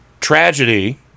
tragedy